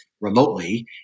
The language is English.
Remotely